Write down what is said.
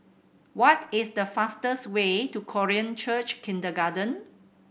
what is the fastest way to Korean Church Kindergarten